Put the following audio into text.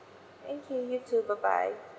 thank you you too bye bye